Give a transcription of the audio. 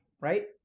right